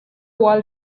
world